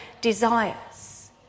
desires